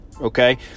okay